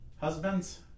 Husbands